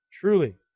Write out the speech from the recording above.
truly